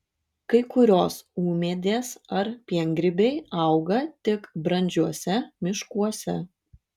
kai kurios ūmėdės ar piengrybiai auga tik brandžiuose miškuose